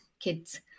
kids